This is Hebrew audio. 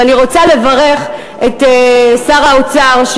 ואני רוצה לברך את שר האוצר,